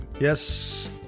Yes